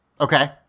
Okay